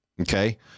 Okay